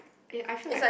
eh I I feel like